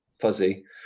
fuzzy